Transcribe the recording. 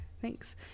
Thanks